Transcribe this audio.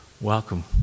Welcome